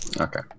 Okay